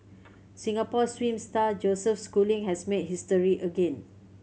Singapore swim star Joseph Schooling has made history again